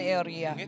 area